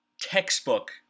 textbook